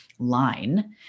line